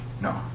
No